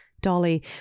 Dolly